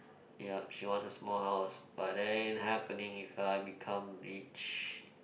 ya she want a small house but then happening if I become rich